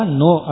no